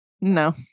No